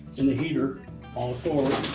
and the heater all forward,